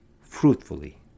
fruitfully